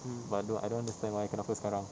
but dude I don't understand why kenapa sekarang